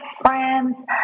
friends